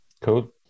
cool